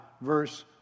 verse